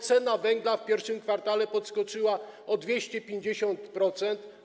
Cena węgla w I kwartale podskoczyła o 250%.